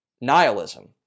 Nihilism